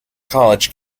college